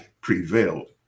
prevailed